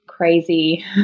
crazy